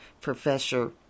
Professor